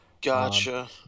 gotcha